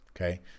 Okay